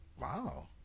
Wow